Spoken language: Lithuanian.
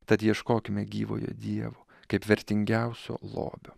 tad ieškokime gyvojo dievo kaip vertingiausio lobio